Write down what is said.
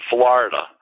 Florida